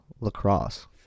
Lacrosse